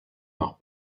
nach